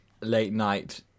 late-night